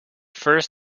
first